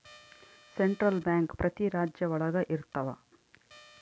central bank ಪ್ರತಿ ರಾಜ್ಯ ಒಳಗ ಇರ್ತವ